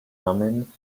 thummim